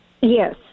Yes